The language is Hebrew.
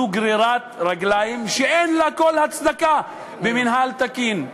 זו גרירת רגליים שאין לה כל הצדקה במינהל תקין.